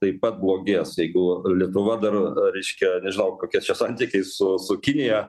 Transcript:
taip pat blogės jeigu lietuva dar reiškia nežinau kokie čia santykiai su su kinija